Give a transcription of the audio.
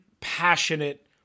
passionate